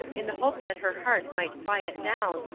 in the hope that her heart might quiet down,